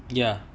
ya